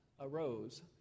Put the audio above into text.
arose